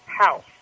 house